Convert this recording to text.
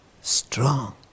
strong